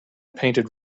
painted